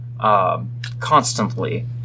constantly